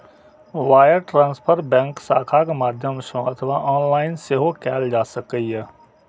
wire transfer bank शाखाक माध्यम सं अथवा ऑनलाइन सेहो कैल जा सकैए